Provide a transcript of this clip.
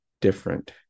different